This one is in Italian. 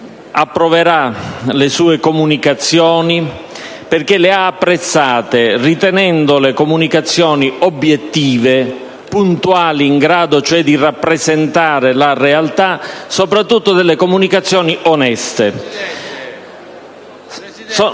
approverà le sue comunicazioni perché le ha apprezzate, ritenendole comunicazioni obiettive e puntuali, in grado cioè di rappresentare la realtà, e, soprattutto, delle comunicazioni oneste. *(Brusìo).*